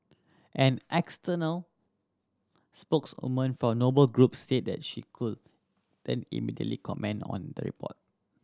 an external spokeswoman for Noble Groups said that she couldn't immediately comment on the report